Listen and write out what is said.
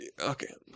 Okay